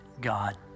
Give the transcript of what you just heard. God